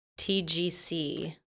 TGC